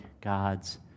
God's